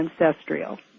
ancestral